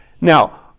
Now